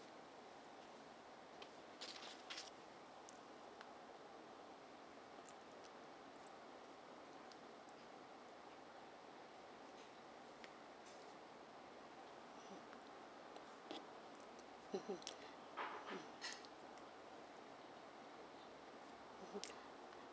mmhmm mm mm